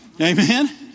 Amen